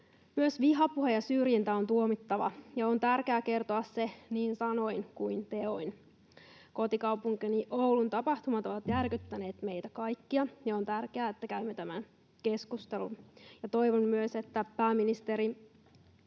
myös vihapuhe ja syrjintä, on tuomittava, ja on tärkeää kertoa se niin sanoin kuin teoin. Kotikaupunkini Oulun tapahtumat ovat järkyttäneet meitä kaikkia, ja on tärkeää, että käymme tämän keskustelun. Ja toivon myös, että pääministeri